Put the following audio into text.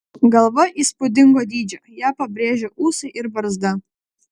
galva įspūdingo dydžio ją pabrėžia ūsai ir barzda